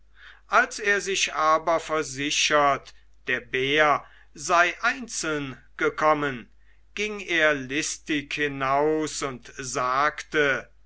als er sich aber versichert der bär sei einzeln gekommen ging er listig hinaus und sagte